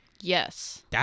Yes